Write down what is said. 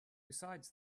besides